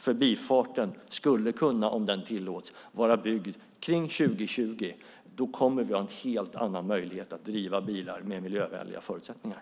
Förbifarten skulle kunna, om den tillåts, vara byggd kring 2020. Då kommer vi att ha en helt annan möjlighet att driva bilar med miljövänliga förutsättningar.